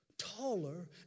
Taller